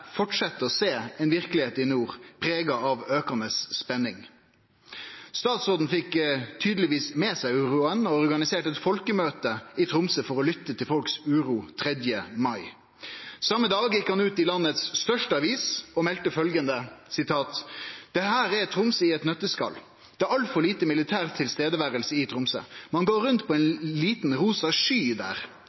å sjå ei verkelegheit i nord prega av aukande spenning. Statsråden fekk tydelegvis med seg uroa og organiserte eit folkemøte i Tromsø for å lytte til folks uro den 3. mai. Same dag gjekk han ut i landets største avis og melde: «Dette er Tromsø i et nøtteskall. Det er altfor lite militær tilstedeværelse i Tromsø. Man går rundt på en liten rosa sky der.